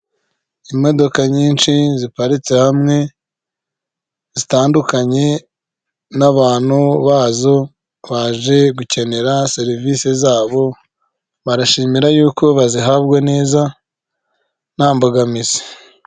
Imodoka nyinshi ziparitse hamwe zitandukanye n'abantu bazo baje gukenera serivisi zabo barashimira yuko bazihabwa neza nta mbogamizi.